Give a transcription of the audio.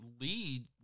lead